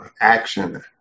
action